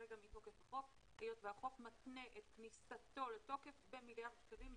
כרגע מתוקף חוק היות שהחוק מתנה את כניסתו לתוקף במיליארד שקלים בקרן,